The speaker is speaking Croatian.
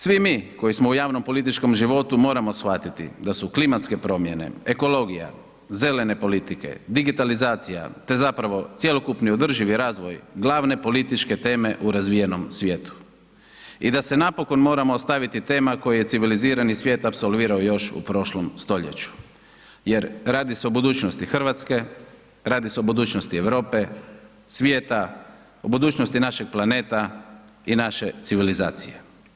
Svi mi koji smo u javnom političkom životu, moramo shvatiti da su klimatske promjene, ekologija, zelene politike, digitalizacija te zapravo cjelokupni održivi razvoj glavne političke teme u razvijenom svijetu i da se napokon moramo ostaviti tema koje je civilizirani svijet apsolvirao još u prošlom stoljeću jer, radi se o budućnosti Hrvatske, radi se o budućnosti Europe, svijeta, o budućnosti našeg planeta i naše civilizacije.